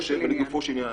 ולגופו של עניין.